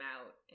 out